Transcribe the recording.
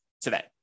today